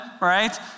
right